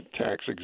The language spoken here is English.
tax